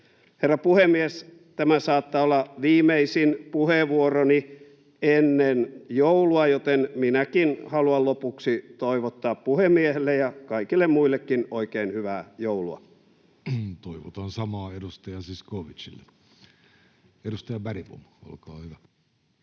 Herra puhemies! Tämä saattaa olla viimeinen puheenvuoroni ennen joulua, joten minäkin haluan lopuksi toivottaa puhemiehelle ja kaikille muillekin oikein hyvää joulua. Toivotan samaa edustaja Zyskowiczille. — Edustaja Bergbom, olkaa hyvä.